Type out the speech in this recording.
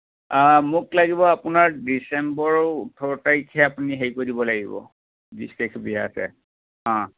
মোক লাগিব আপোনাৰ ডিচেম্বৰৰ ওঠৰ তাৰিখে আপুনি হেৰি কৰি দিব লাগিব বিছ তাৰিখে বিয়া আছে অঁ